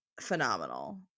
phenomenal